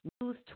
News